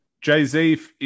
jay-z